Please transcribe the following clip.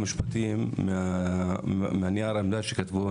משפטים מנייר העמדה שכתבו